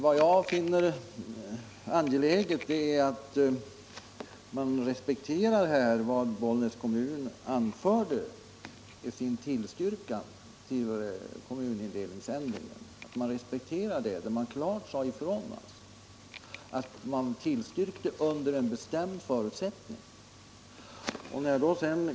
Vad jag finner angeläget är att man respekterar det som Bollnäs kommun anförde i sin tillstyrkan av kommunindelningsändringen — där kommunen klart sade ifrån att ändringen tillstyrktes under en bestämd förutsättning.